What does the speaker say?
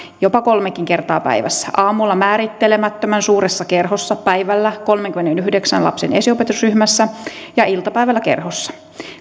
jopa kolmekin kertaa päivässä aamulla määrittelemättömän suuressa kerhossa päivällä kolmenkymmenenyhdeksän lapsen esiopetusryhmässä ja iltapäivällä kerhossa